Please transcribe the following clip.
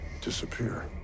disappear